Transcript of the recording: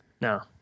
No